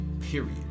Period